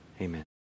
Amen